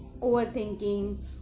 overthinking